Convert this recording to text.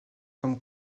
comme